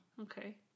Okay